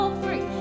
free